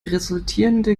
resultierende